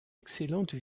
excellente